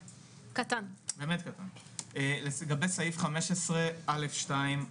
לגבי סעיף 15(א)(2),